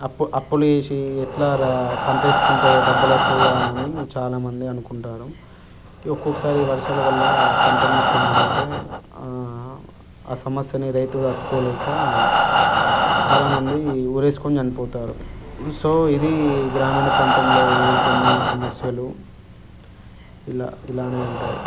అప్పులు అప్పులు చేసి ఎట్లారా పంట వేస్తే డబ్బులు వస్తాయి కదా అని చాలామంది అనుకుంటారు ఒక్కొక్కసారి వర్షాలు వల్ల పంటను మొత్తం మునిగితే ఆ సమస్యని రైతుగా తట్టుకోలేక చాలామంది ఉరేసుకొని చనిపోతారు సో ఇది గ్రామీణ ప్రాంతంలో ఎదుర్కొన్న సమస్యలు ఇలా ఇలానే ఉంటాయి